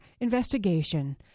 investigation